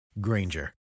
Granger